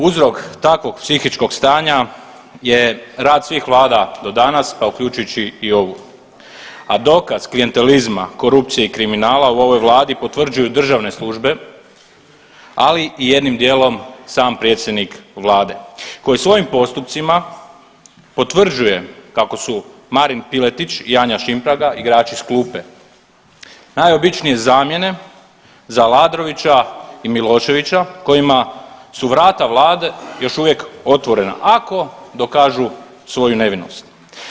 Uzrok takvog psihičkog stanja je rad svih vlada do danas pa uključujući i ovu, a dokaz klijentelizma, korupcije i kriminala u ovoj Vladi potvrđuju državne službe, ali i jednim dijelom sam predsjednik Vlade koji svojim postupcima potvrđuje kako su Marin Piletić i Anja Šimpraga igrači s klupe, najobičnije zamjene za Aladrovića i Miloševića kojima su vrata Vlade još uvijek otvorena, ako dokažu svoju nevisnost.